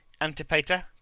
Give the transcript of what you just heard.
Antipater